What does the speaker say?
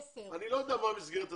אני לא יודע מה מסגרת התקציב.